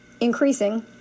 increasing